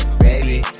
baby